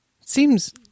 seems